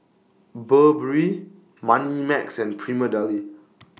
Burberry Moneymax and Prima Deli